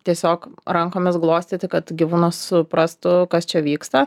tiesiog rankomis glostyti kad gyvūnas suprastų kas čia vyksta